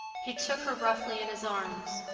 he took her roughly in his arms.